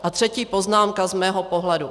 A třetí poznámka z mého pohledu.